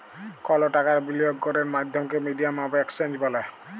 call টাকার বিলিয়গ ক্যরের মাধ্যমকে মিডিয়াম অফ এক্সচেঞ্জ ব্যলে